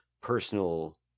personal